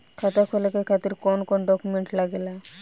खाता खोले के खातिर कौन कौन डॉक्यूमेंट लागेला?